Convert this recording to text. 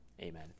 Amen